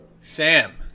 Sam